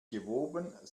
gewoben